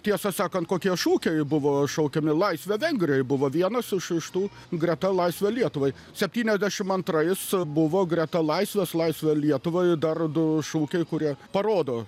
tiesą sakant kokie šūkiai buvo šaukiami laisvę vengrijai buvo vienas iš iš tų greta laisvę lietuvai septyniasdešimt antrais su buvo greta laisvės laisvę lietuvai dar du šūkiai kurie parodo